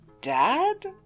Dad